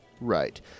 Right